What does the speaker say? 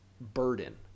burden